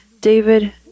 David